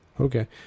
Okay